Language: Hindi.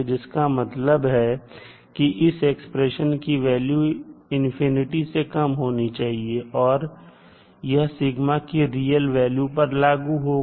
जिसका मतलब है कि इस एक्सप्रेशन की वैल्यू से कम होनी चाहिए और यह की रियल वैल्यू पर लागू होगा